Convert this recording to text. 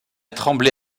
trembler